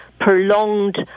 prolonged